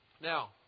Now